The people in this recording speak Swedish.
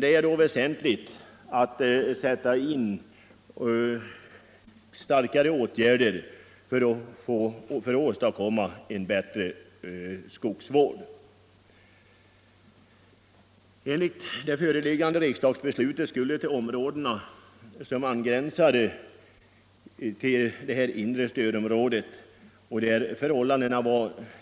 Det är då väsentligt att sätta in starkare åtgärder för en bättre skogsvård. Enligt riksdagsbeslutet skulle till områdena angränsande